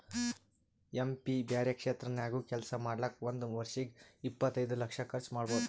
M P ಬ್ಯಾರೆ ಕ್ಷೇತ್ರ ನಾಗ್ನು ಕೆಲ್ಸಾ ಮಾಡ್ಲಾಕ್ ಒಂದ್ ವರ್ಷಿಗ್ ಇಪ್ಪತೈದು ಲಕ್ಷ ಕರ್ಚ್ ಮಾಡ್ಬೋದ್